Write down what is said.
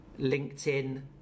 LinkedIn